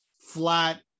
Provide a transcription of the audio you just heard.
flat